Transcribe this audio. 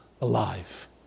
alive